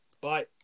bye